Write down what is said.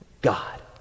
God